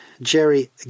Jerry